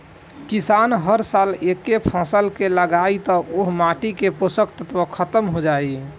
किसान हर साल एके फसल के लगायी त ओह माटी से पोषक तत्व ख़तम हो जाई